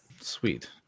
Sweet